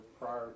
prior